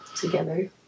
together